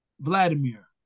Vladimir